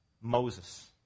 moses